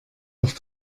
doch